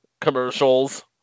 commercials